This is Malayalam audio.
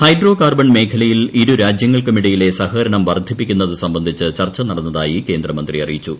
ഹൈഡ്രോ കാർബൺ മേഖലയിൽ ഇരുരാജ്യങ്ങൾക്കുമി ടയിലെ സഹകരണം വർദ്ധിപ്പിക്കുന്നതു സംബന്ധിച്ച് ചർച്ച നടന്ന തായി കേന്ദ്രമന്ത്രി അറിയിച്ചു